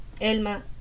elma